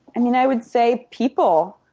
i mean, i would say people.